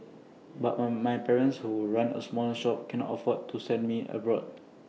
but one my parents who run A small shop can afford to send me abroad